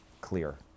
clear